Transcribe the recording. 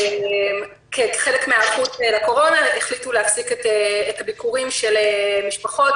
כחלק מן ההיערכות לקורונה החליטו להפסיק את הביקורים של משפחות,